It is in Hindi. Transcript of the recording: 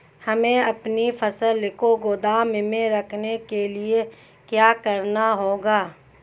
हमें अपनी फसल को गोदाम में रखने के लिये क्या करना होगा?